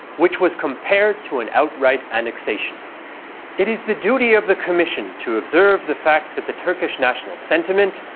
which was compared to an outright annexation it is the duty of the commission to observe the fact that the turkish national sentiment,